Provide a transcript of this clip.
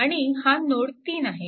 आणि हा नोड 3 आहे